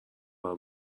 برا